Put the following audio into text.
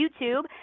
YouTube